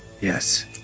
Yes